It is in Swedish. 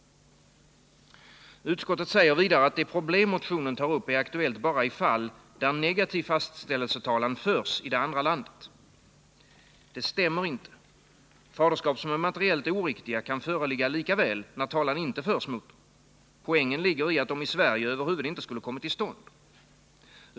Utskottet säger vidare att det problem motionen tar upp är aktuellt bara i fall där negativ fastställelsetalan förs i det andra landet. Det stämmer inte. Faderskap som är materiellt oriktiga kan lika väl föreligga när talan inte förs mot dem. Poängen ligger i att de i Sverige över huvud inte skulle ha kommit till stånd.